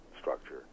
structure